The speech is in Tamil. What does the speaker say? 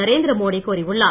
நரேந்திர மோடி கூறியுள்ளார்